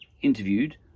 interviewed